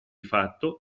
fatto